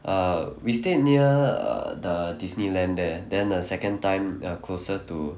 err we stay near err the Disneyland there then the second time err closer to